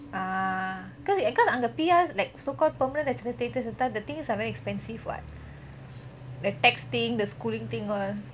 ah because அங்க:ange P_R like so called permanent resident status இருந்தா:iruntha the things are very expensive what the tax thing the schooling thing all